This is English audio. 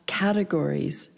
categories